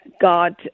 God